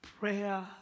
prayer